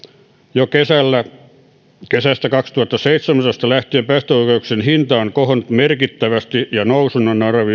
jo kesästä kaksituhattaseitsemäntoista lähtien päästöoikeuksien hinta on kohonnut merkittävästi ja nousun on arvioitu